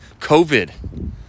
COVID